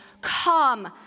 Come